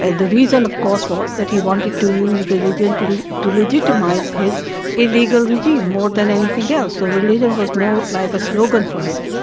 and the reason of course was that he wanted to use religion to to legitimise his illegal regime more than anything else, so religion was more like a slogan for him.